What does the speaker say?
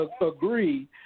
agree